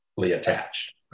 attached